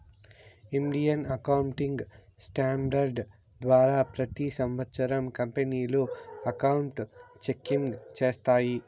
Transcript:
Indian accounting standards ద్వారా ప్రతి సంవత్సరం కంపెనీలు అకౌంట్ చెకింగ్ చేస్తాయి